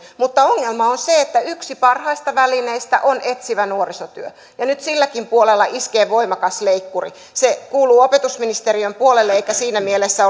mutta ongelma on se että yksi parhaista välineistä on etsivä nuorisotyö ja nyt silläkin puolella iskee voimakas leikkuri se kuuluu opetusministeriön puolelle eikä siinä mielessä